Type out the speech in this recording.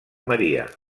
maria